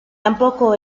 tampoco